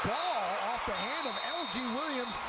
ah um of l g. williams,